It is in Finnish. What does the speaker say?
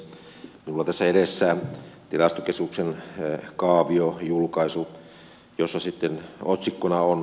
minulla on tässä edessä tilastokeskuksen kaavio julkaisu jossa sitten otsikkona on